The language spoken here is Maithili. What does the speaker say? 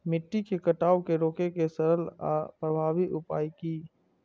मिट्टी के कटाव के रोके के सरल आर प्रभावी उपाय की?